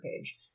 page